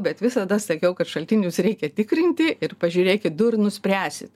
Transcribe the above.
bet visada sakiau kad šaltinius reikia tikrinti ir pažiūrėkit du ir nuspręsi